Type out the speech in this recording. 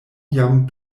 jam